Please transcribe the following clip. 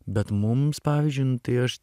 bet mums pavyzdžiui nu tai aš